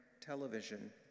television